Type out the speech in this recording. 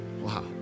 wow